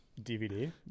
DVD